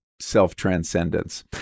self-transcendence